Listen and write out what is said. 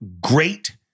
great